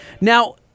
Now